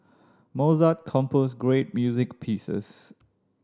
Mozart composed great music pieces